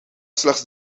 slechts